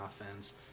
offense